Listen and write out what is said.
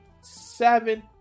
seven